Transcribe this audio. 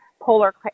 polar